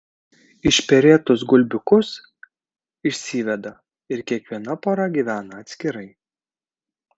išperėtus gulbiukus išsiveda ir kiekviena pora gyvena atskirai